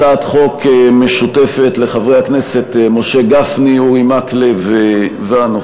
הצעת חוק משותפת לחברי הכנסת משה גפני ואורי מקלב ולי.